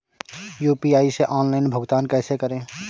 UPI से online भुगतान कैसे करें?